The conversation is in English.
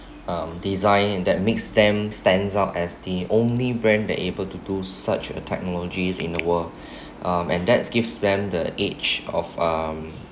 um design and that makes them stands out as the only brand that able to do such a technologies in the world um and that gives them the age of um